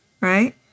right